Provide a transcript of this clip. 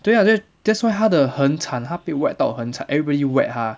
对 ah that that's why 他的很惨他被 whack 到很惨 everybody whack 他